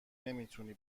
نمیتونی